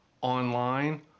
online